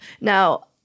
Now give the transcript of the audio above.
Now